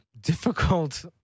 difficult